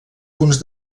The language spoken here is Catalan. punts